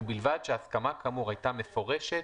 ובלבד שהסכמה כאמור הייתה מפורשת,